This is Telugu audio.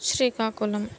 శ్రీకాకుళం